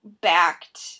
backed